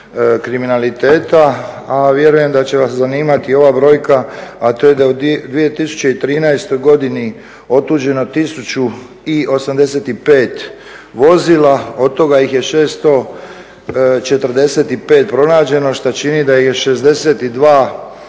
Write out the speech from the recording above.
kriminaliteta, a vjerujem da će vas zanimati ova brojka, a to je da je u 2013.godini otuđeno 1085 vozila, od toga ih je 645 pronađeno što čini da je